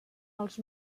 els